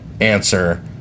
answer